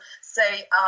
say